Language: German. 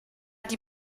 die